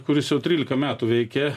kuris jau trylika metų veikia